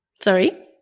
Sorry